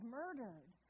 murdered